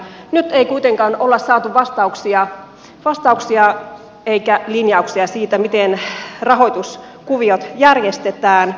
nyt ei kuitenkaan ole saatu vastauksia eikä linjauksia siitä miten rahoituskuviot järjestetään